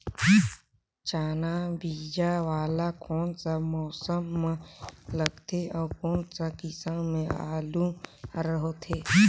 चाना बीजा वाला कोन सा मौसम म लगथे अउ कोन सा किसम के आलू हर होथे?